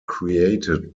created